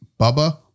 Bubba